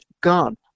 gone